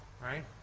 right